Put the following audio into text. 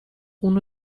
اونو